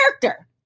character